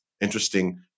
interesting